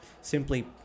simply